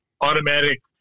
automatic